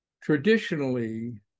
traditionally